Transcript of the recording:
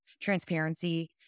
Transparency